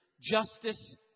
justice